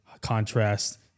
contrast